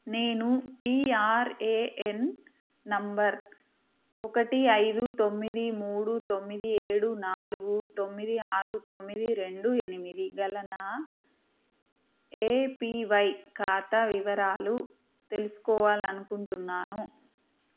నేను PRAN number ఒకటి ఐదు తొమ్మిది మూడు తొమ్మిది ఏడు నాలుగు తొమ్మిది ఆరు తొమ్మిది రెండు ఎనిమిది గల నా ఏపీవై ఖాతా వివరాలు తెలుసుకోవాలి అనుకుంటున్నాను